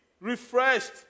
refreshed